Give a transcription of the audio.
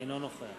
אינו נוכח